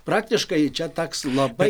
praktiškai čia teks labai